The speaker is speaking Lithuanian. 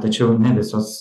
tačiau ne visos